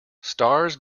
stars